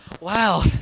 Wow